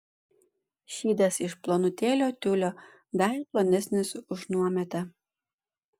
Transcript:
šydas iš plonutėlio tiulio dar plonesnis už nuometą